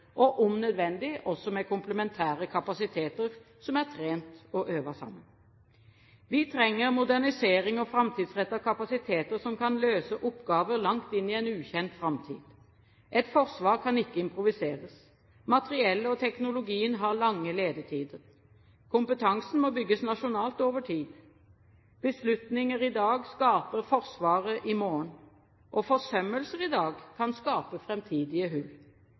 og, om nødvendig, også med komplementære kapasiteter, som har trenet og øvet sammen. Vi trenger modernisering og framtidsrettede kapasiteter som kan løse oppgaver langt inn i en ukjent framtid. Et forsvar kan ikke improviseres. Materiellet og teknologien har lange ledetider. Kompetansen må bygges nasjonalt, og over tid. Beslutninger i dag skaper Forsvaret i morgen. Forsømmelser i dag kan skape